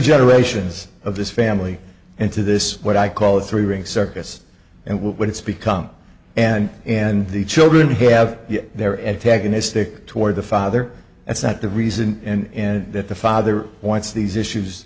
generations of this family into this what i call the three ring circus and what it's become and and the children have their antagonistic toward the father that's not the reason and that the father wants these issues